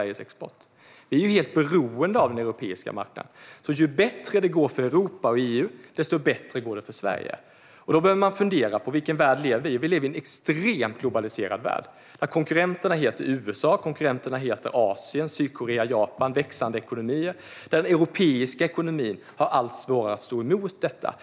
EU-området. Vi är helt beroende av den europeiska marknaden. Ju bättre det går för Europa och EU, desto bättre går det för Sverige. Vilken värld lever vi i? Vi lever i en extremt globaliserad värld. Konkurrenterna heter USA, Asien, Sydkorea och Japan. Det är växande ekonomier. Den europeiska ekonomin har allt svårare att stå emot detta.